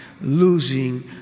losing